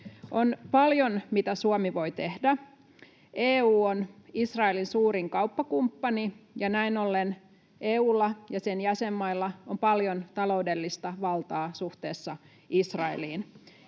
On paljon, mitä Suomi voi tehdä. EU on Israelin suurin kauppakumppani, ja näin ollen EU:lla ja sen jäsenmailla on paljon taloudellista valtaa suhteessa Israeliin.